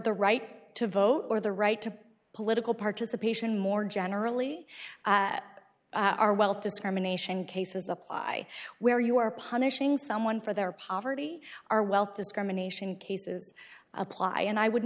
the right to vote or the right to political participation more generally our wealth discrimination cases apply where you are punishing someone for their poverty our wealth discrimination cases apply and i would